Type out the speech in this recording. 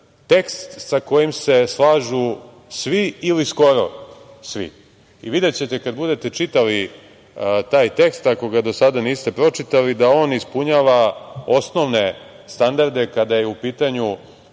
tekst sa kojim se slažu svi ili skoro svi i videćete kada budete čitali taj tekst, ako ga do sada niste pročitali, da on ispunjava osnovne standarde kada je u pitanju